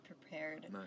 prepared